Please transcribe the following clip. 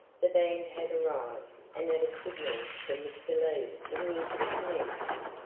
the band had arrived, and at a signal from mr. lee the music commenced.